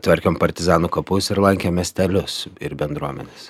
tvarkėm partizanų kapus ir lankėm miestelius ir bendruomenes